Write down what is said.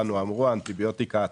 שהוא האנטיביוטיקה הטבעית,